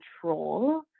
control